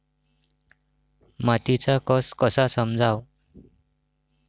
मातीचा कस कसा समजाव?